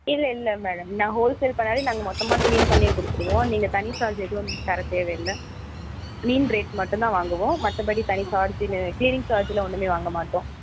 இல்லை இல்லை மேடம் நான் ஹோல் சேல் பண்ணிணாலே நாங்கள் மொத்தமாக கிளீன் பண்ணி கொடுத்துடுவோம் நீங்கள் தனி சார்ஜ் எதுவும் தர தேவை இல்லை மீன் ரேட் மட்டும்தான் வாங்குவோம் மற்றபடி தனி சார்ஜ்ஜுனு கிளீனிங் சார்ஜ் எல்லாம் ஒன்றுமே வாங்க மாட்டோம்